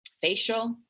facial